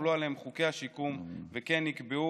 הוחלו עליהם חוקי השיקום וכן נקבעו